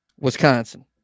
wisconsin